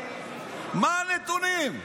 מה הנתונים.